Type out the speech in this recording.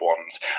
ones